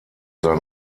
sein